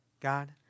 God